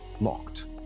locked